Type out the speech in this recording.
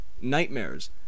nightmares